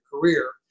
career